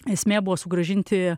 esmė buvo sugrąžinti